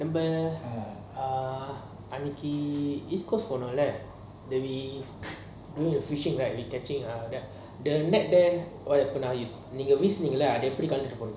நம்ம:namma ah அன்னிக்கி:anniki east coast catching the day fishing there நீங்க வீசுனீங்களா அத எப்பிடி களட்டினாங்க:nenga veesuningala atha epidi kalatininga